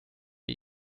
wir